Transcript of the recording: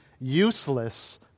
useless